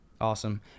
Awesome